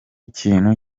kintu